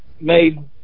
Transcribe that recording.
made